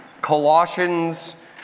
Colossians